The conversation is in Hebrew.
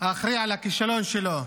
האחראי על הכישלון שלו,